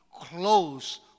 close